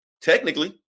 technically